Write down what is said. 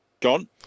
John